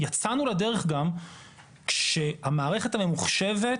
יצאנו גם לדרך כאשר המערכת הממוחשבת,